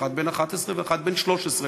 אחד בן 11 ואחד בן 13,